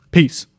Peace